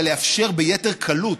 אבל לאפשר ביתר קלות,